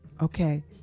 Okay